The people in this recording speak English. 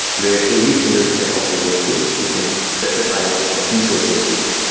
where every single step of the workflow, you can specify what sort of resources you want.